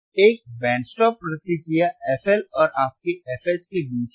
एक band stop प्रतिक्रिया fL और आपके fH के बीच है